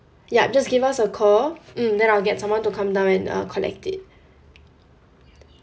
yup just give us a call mm then I'll get someone to come down and uh collect it